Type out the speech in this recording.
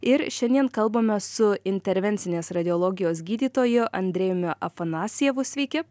ir šiandien kalbame su intervencinės radiologijos gydytoju andrejumi afanasjevu sveiki